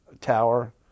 Tower